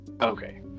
Okay